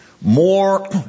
more